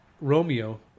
Romeo